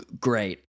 great